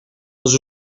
als